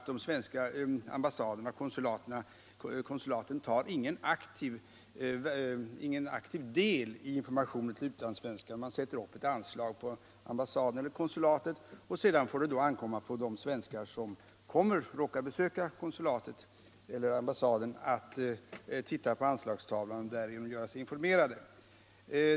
De svenska ambassaderna och konsulaten tar ingen aktiv del i informationen till utlandssvenskarna. De sätter upp ett anslag på ambassaden eller konsulatet, och sedan får det ankomma på de svenskar som kommer dit att titta på anslagstavlan och därigenom göra sig informerade.